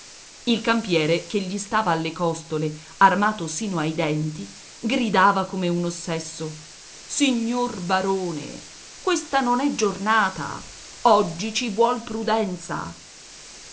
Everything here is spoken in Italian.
il campiere che gli stava alle costole armato sino ai denti gridava come un ossesso signor barone questa non è giornata oggi ci vuol prudenza